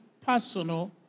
personal